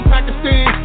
Pakistan